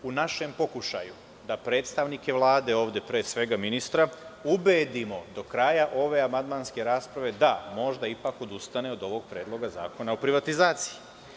U našem pokušaju da predstavnike Vlade ovde, pre svega ministra, ubedimo do kraja ove amandmanske rasprave, da možda ipak odustane od ovog predloga Zakona o privatizaciji.